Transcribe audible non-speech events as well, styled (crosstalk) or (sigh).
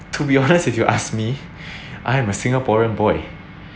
to be honest (laughs) if you ask me (breath) I am a singaporean boy